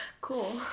cool